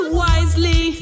wisely